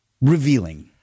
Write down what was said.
revealing